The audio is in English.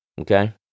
okay